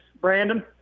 Brandon